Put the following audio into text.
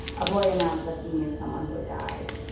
a boy announced that he knew someone who had died,